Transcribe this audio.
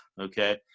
Okay